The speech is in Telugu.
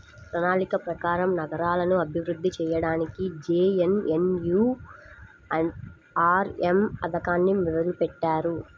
ప్రణాళిక ప్రకారం నగరాలను అభివృద్ధి చెయ్యడానికి జేఎన్ఎన్యూఆర్ఎమ్ పథకాన్ని మొదలుబెట్టారు